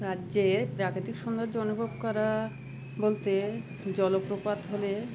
রাজ্যের প্রাকৃতিক সৌন্দর্য অনুভব করা বলতে জলপ্রপাত হলে